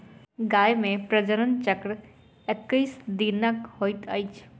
गाय मे प्रजनन चक्र एक्कैस दिनक होइत अछि